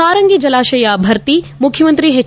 ಹಾರಂಗಿ ಜಲಾಶಯ ಭರ್ತಿ ಮುಖ್ಯಮಂತ್ರಿ ಎಚ್